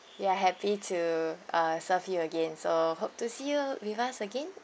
we are happy to uh serve you again so hope to see you with us again